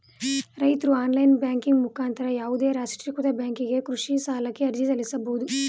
ರೈತ್ರು online banking ಮುಖಾಂತರ ಯಾವುದೇ ರಾಷ್ಟ್ರೀಕೃತ ಬ್ಯಾಂಕಿಗೆ ಕೃಷಿ ಸಾಲಕ್ಕೆ ಅರ್ಜಿ ಸಲ್ಲಿಸಬೋದು